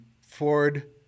Ford